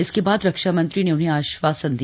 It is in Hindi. इसके बाद रक्षामंत्री ले उन्हें आश्वासन दिया